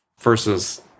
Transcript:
Versus